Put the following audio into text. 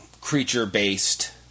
creature-based